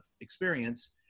experience